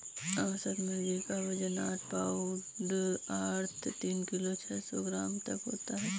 औसत मुर्गी क वजन आठ पाउण्ड अर्थात तीन किलो छः सौ ग्राम तक होता है